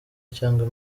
cyangwa